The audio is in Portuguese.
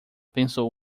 pensou